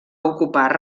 ocupar